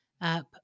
up